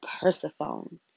Persephone